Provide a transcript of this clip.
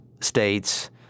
states